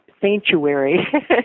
Sanctuary